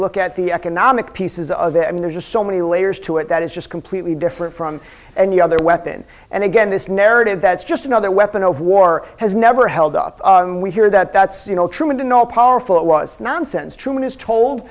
look at the economic pieces of it i mean there's just so many layers to it that is just completely different from and the other weapon and again this narrative that's just another weapon of war has never held up here that that's you know truman did not powerful it was nonsense truman is told